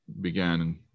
began